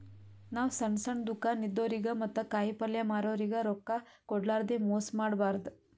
ನಾವ್ ಸಣ್ಣ್ ಸಣ್ಣ್ ದುಕಾನ್ ಇದ್ದೋರಿಗ ಮತ್ತ್ ಕಾಯಿಪಲ್ಯ ಮಾರೋರಿಗ್ ರೊಕ್ಕ ಕೋಡ್ಲಾರ್ದೆ ಮೋಸ್ ಮಾಡಬಾರ್ದ್